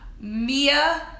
Mia